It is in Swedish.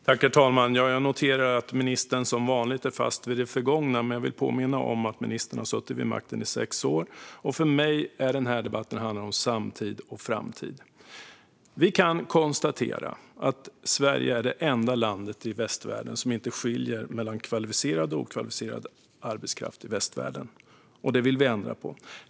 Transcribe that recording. Herr talman! Jag noterar att ministern som vanligt är fast i det förgångna, men jag vill påminna om att ministern har suttit vid makten i sex år. För mig handlar denna debatt om samtid och framtid. Vi kan konstatera att Sverige är det enda land i västvärlden som inte skiljer mellan kvalificerad och okvalificerad arbetskraft. Detta vill vi ändra på.